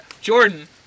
Jordan